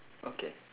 okay